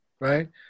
right